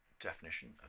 definition